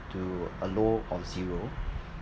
to a low of zero